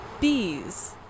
Bees